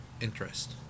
Interest